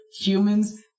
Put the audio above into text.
humans